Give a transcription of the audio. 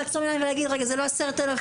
לעצום עיניים ולהגיד שזה לא 10,000,